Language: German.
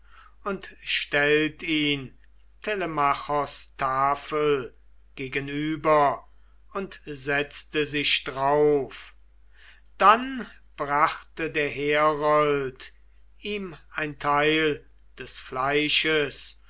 und stellt ihn telemachos tafel gegenüber und setzte sich drauf dann brachte der herold ihm ein teil des fleisches